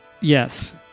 Yes